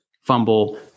fumble